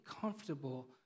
comfortable